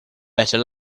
better